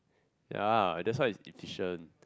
ya that's why is efficient